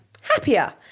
happier